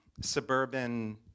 suburban